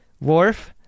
Worf